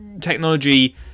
technology